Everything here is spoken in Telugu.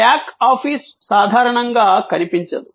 బ్యాక్ ఆఫీస్ సాధారణంగా కనిపించదు